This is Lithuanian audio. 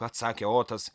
atsakė otas